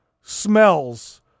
smells